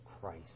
Christ